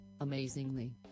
amazingly